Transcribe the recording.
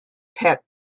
pet